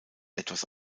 etwas